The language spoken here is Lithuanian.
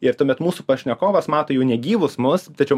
ir tuomet mūsų pašnekovas mato jau negyvus mus tačiau